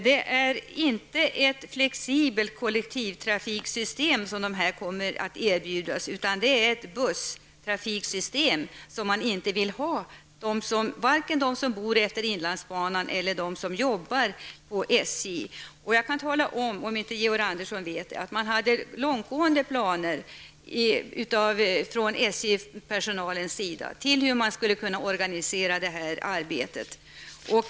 Det är inte ett flexibelt kollektivtrafiksystem som man här kommer att erbjudas, utan det är ett busstrafiksystem som varken de som bor utefter inlandsbanan eller de som jobbar på SJ vill ha. Om Georg Andersson inte vet det kan jag tala om att man hade långtgående planer från SJ-personalens sida på hur man skulle organisera det här arbetet.